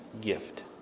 gift